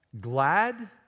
Glad